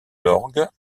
l’orgue